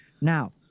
Now